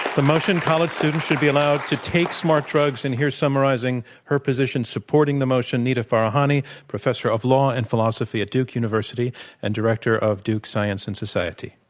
the motion, college students should be allowed to take smart drugs, and here summarizing her position supporting the motion, nita farahany, professor of law and philosophy at duke university and director of duke science and society.